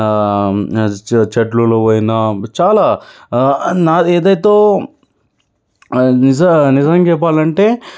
చె చెట్లలో పోయాను చాలా నాది ఏదైతే నిజ నిజం చెప్పాలంటే